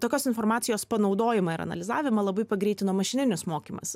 tokios informacijos panaudojimą ir analizavimą labai pagreitino mašininis mokymas